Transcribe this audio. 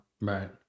Right